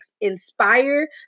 inspire